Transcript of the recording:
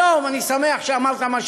היום אני שמח שאמרת מה שאמרת,